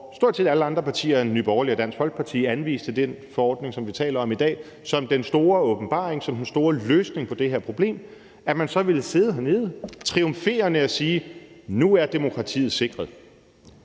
stort set alle andre partier end Nye Borgerlige og Dansk Folkeparti anpriste den forordning, som vi taler om i dag, som den store åbenbaring, som den store løsning på det her problem, at man så ville sidde hernede og triumferende sige: Nu er demokratiet sikret.